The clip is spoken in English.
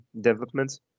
development